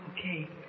Okay